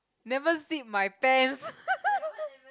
never zip my pants